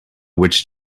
which